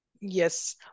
Yes